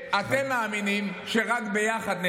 כחלק מהייחוד הזה,